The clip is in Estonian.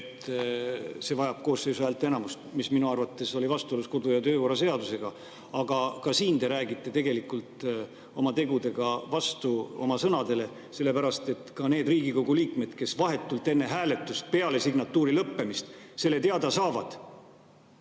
see vajab koosseisu häälteenamust, mis minu arvates oli vastuolus kodu- ja töökorra seadusega, aga ka siin te räägite oma tegudega vastu oma sõnadele, sellepärast et need Riigikogu liikmed, kes vahetult enne hääletust, peale signatuuri lõppemist selle teada saavad,